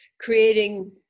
creating